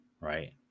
right